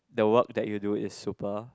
the work that you do is super